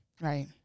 Right